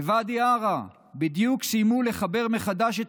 בוואדי עארה בדיוק סיימו לחבר מחדש את